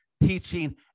Teaching